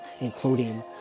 Including